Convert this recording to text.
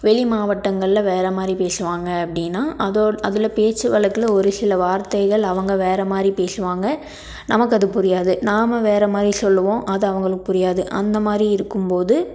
வெளி மாவட்டங்களில் வேற மாதிரி பேசுவாங்க அப்படின்னா அதோ அதில் பேச்சு வழக்கில் ஒரு சில வார்த்தைகள் அவங்க வேற மாதிரி பேசுவாங்க நமக்கு அது புரியாது நாம வேற மாதிரி சொல்லுவோம் அது அவங்களுக்கு புரியாது அந்த மாதிரி இருக்கும் போது